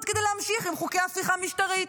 כדי להמשיך עם חוקי ההפיכה המשטרית,